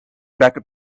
backup